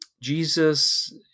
Jesus